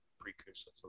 Precursor